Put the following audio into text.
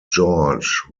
george